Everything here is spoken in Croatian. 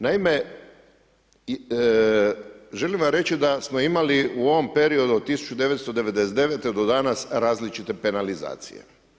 Naime, želim vam reći da smo imali u ovom periodu od 1999. do danas različite penalizacije.